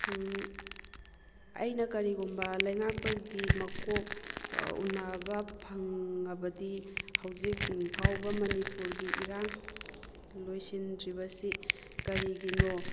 ꯑꯩꯅ ꯀꯔꯤꯒꯨꯝꯕ ꯂꯩꯉꯥꯛꯄꯒꯤ ꯃꯀꯣꯛ ꯎꯅꯕ ꯐꯪꯉꯕꯗꯤ ꯍꯧꯖꯤꯛ ꯐꯥꯎꯕ ꯃꯅꯤꯄꯨꯔꯒꯤ ꯏꯔꯥꯡ ꯂꯣꯏꯁꯤꯟꯗ꯭ꯔꯤꯕꯁꯤ ꯀꯔꯤꯒꯤꯅꯣ